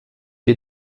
wir